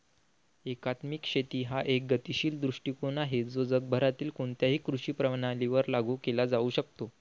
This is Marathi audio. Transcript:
एकात्मिक शेती हा एक गतिशील दृष्टीकोन आहे जो जगभरातील कोणत्याही कृषी प्रणालीवर लागू केला जाऊ शकतो